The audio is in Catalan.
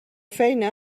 feina